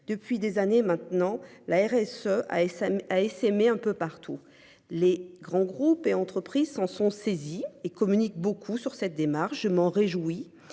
Depuis des années maintenant. La RSE ASM a essaimé un peu partout, les grands groupes et entreprises s'en sont saisis et communique beaucoup sur cette démarche. Je m'en réjouis,